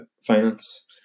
finance